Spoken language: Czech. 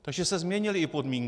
Takže se změnily i podmínky.